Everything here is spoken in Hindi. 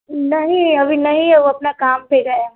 नहीं अभी नहीं वह अपना काम पर गए हैं